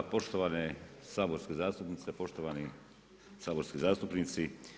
Poštovane saborske zastupnice, poštovani saborski zastupnici.